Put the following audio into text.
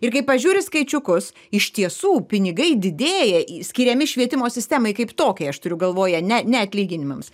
ir kai pažiūri skaičiukus iš tiesų pinigai didėja skiriami švietimo sistemai kaip tokiai aš turiu galvoje ne ne atlyginimams